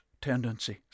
tendencies